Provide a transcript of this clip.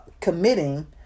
committing